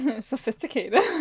Sophisticated